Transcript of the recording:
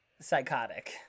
psychotic